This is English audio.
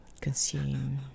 consume